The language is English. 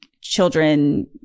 children